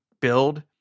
build